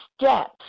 steps